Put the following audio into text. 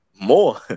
more